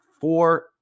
four